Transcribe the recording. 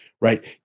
Right